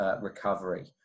recovery